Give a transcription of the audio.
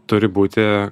turi būti